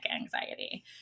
anxiety